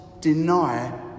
deny